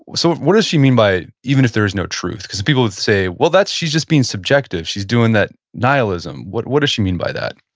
so what does she mean by even if there is no truth? because people would say, well that, she's just being subjective. she's doing that nihilism. what what does she mean by that?